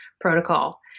protocol